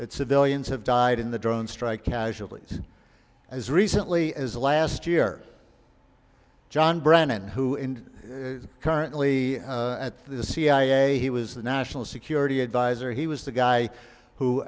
that civilians have died in the drone strike casually as recently as last year john brennan who in currently at the cia he was the national security advisor he was the guy who